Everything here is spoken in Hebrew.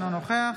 אינו נוכח